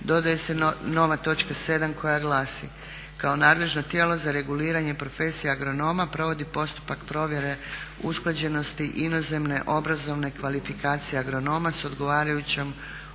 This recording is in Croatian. dodaje se nova točka 7. koja glasi kao nadležno tijelo za reguliranje profesija agronoma provodi postupak provjere usklađenosti inozemne obrazovne kvalifikacije agronoma s odgovarajućom